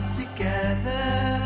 together